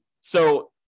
so-